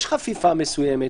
יש חפיפה מסוימת,